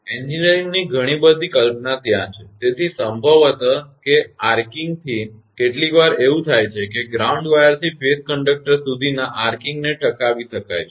એન્જિનિયરિંગની ઘણી બધી કલ્પના ત્યાં છે તેથી સંભવત કે આર્કિંગ થી કેટલીકવાર એવું થાય છે કે ગ્રાઉન્ડ વાયરથી ફેઝ કડંકટર સુધીના આર્કિંગને ટકાવી શકાય છે